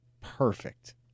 perfect